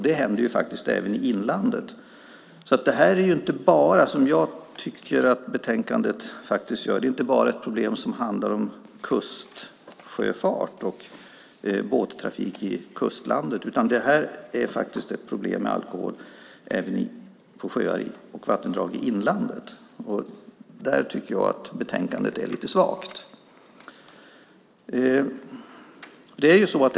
Det händer även i inlandet. Det är inte bara, som betänkandet tar upp, ett problem i kustsjöfart och båttrafik. Alkohol är ett problem även på sjöar och vattendrag i inlandet. Där är betänkandet lite svagt.